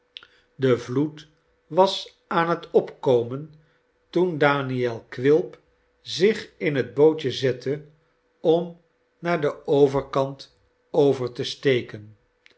de vloed was aan het opkomen toen daniel quilp zich in het bootje zette om naar den overkant over te steken